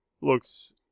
Looks